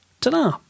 ta-da